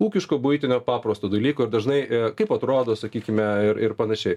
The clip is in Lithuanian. ūkiško buitinio paprasto dalyko ir dažnai kaip atrodo sakykime ir ir panašiai